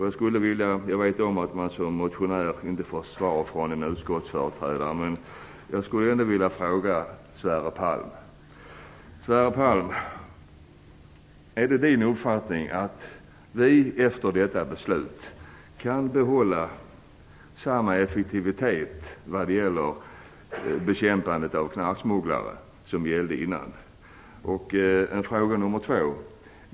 Jag vet att man som motionär inte får svar från en utskottsföreträdare, men jag skulle ändå vilja fråga Sverre Palm: Är det Sverre Palms uppfattning att vi efter detta beslut kan behålla samma effektivitet vad gäller bekämpandet av knarksmugglare som gällde före inträdet i EU?